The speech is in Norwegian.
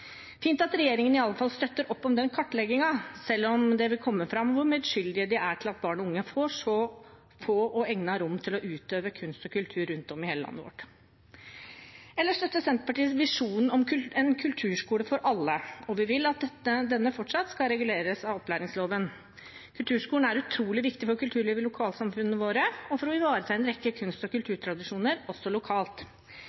fint at regjeringen i alle fall støtter opp om den kartleggingen, selv om det vil komme fram hvor medskyldige de er til at barn og unge får så få egnede rom til å utøve kunst og kultur i rundt om i hele landet vårt. Ellers støtter Senterpartiet visjonen om en kulturskole for alle, og vi vil at denne fortsatt skal reguleres av opplæringsloven. Kulturskolen er utrolig viktig for kulturlivet i lokalsamfunnene våre og for å ivareta en rekke kunst- og